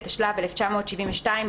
התשל"ב 1972 ,